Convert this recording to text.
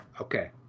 okay